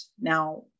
Now